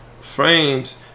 frames